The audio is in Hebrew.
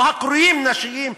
או הקרויים נשיים,